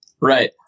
Right